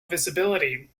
visibility